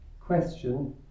question